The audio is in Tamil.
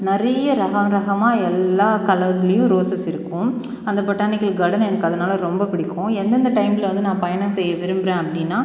நறையே ரக ரகமாக எல்லா கலர்ஸ்லையும் ரோஸஸ் இருக்கும் அந்த பொட்டானிக்கல் கார்டன் எனக்கு அதனால் ரொம்ப பிடிக்கும் எந்தெந்த டைம்மில வந்து நான் பயணம் செய்ய விரும்புகிறேன் அப்படினா